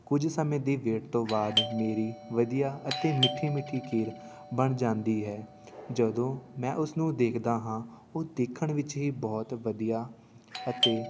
ਕੁਝ ਸਮੇਂ ਦੀ ਵੇਟ ਤੋਂ ਬਾਅਦ ਮੇਰੀ ਵਧੀਆ ਅਤੇ ਮਿੱਠੀ ਮਿੱਠੀ ਖੀਰ ਬਣ ਜਾਂਦੀ ਹੈ ਜਦੋਂ ਮੈਂ ਉਸਨੂੰ ਦੇਖਦਾ ਹਾਂ ਉਹ ਦੇਖਣ ਵਿੱਚ ਹੀ ਬਹੁਤ ਵਧੀਆ ਅਤੇ